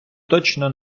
точно